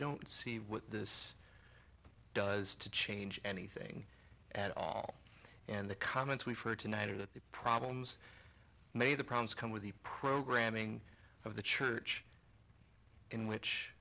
don't see what this does to change anything at all and the comments we've heard tonight are that the problems may the problems come with the programming of the church in which